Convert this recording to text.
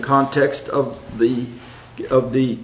context of the of the